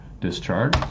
discharge